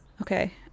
Okay